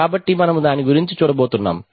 కాబట్టి మనము దాని గురించి చూడబోతున్నాము